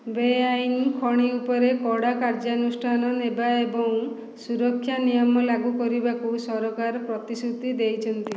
ବେଆଇନ ଖଣି ଉପରେ କଡ଼ା କାର୍ଯ୍ୟାନୁଷ୍ଠାନ ନେବା ଏବଂ ସୁରକ୍ଷା ନିୟମ ଲାଗୁ କରିବାକୁ ସରକାର ପ୍ରତିଶ୍ରୁତି ଦେଇଛନ୍ତି